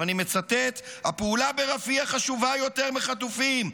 אני מצטט: "הפעולה ברפיח חשובה יותר מחטופים,